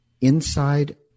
inside